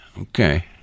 Okay